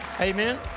amen